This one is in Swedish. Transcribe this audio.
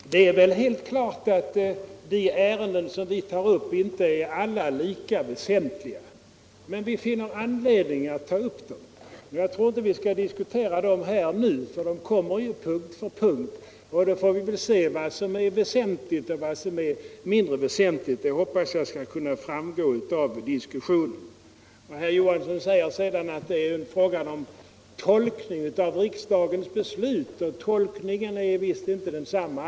Herr talman! Det är helt klart att de ärenden vi tar upp inte alla är lika väsentliga, men vi har funnit anledning att ta upp dem. Jag tror inte vi skall diskutera dem nu — de kommer ju punkt för punkt. Vi får väl då se vad som är väsentligt och vad som är mindre väsentligt. Det hoppas jag skall framgå av diskussionen. Herr Johansson i Trollhättan säger att det är fråga om tolkning av riksdagens beslut och att tolkningen inte alltid är densamma.